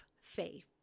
faith